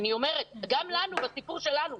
גם בסיפור שלנו,